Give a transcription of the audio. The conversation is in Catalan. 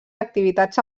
activitats